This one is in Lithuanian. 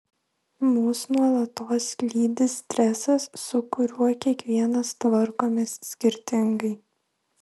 mus nuolatos lydi stresas su kuriuo kiekvienas tvarkomės skirtingai